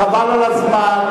חבל על הזמן.